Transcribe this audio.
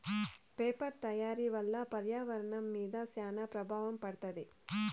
paper తయారీ వల్ల పర్యావరణం మీద శ్యాన ప్రభావం పడింది